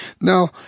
now